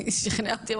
היא שכנעה אותי,